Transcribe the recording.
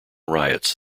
riots